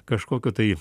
kažkokio tai